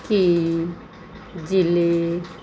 ਕੀ ਜ਼ਿਲ੍ਹੇ